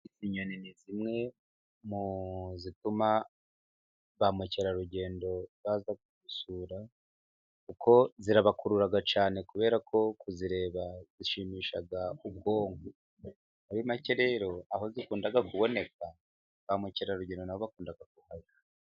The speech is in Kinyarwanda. Inyoni ni zimwe mu zituma ba mukerarugendo baza gusura kuko zirabakurura cyane, kubera ko kuzireba zishimisha muri make rero aho zikunda kuboneka ba mukerarugendo bakundaga kuza kuzireba.